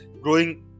growing